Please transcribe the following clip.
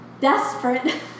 desperate